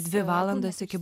dvi valandas iki